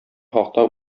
хакта